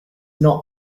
not